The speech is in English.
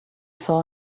saw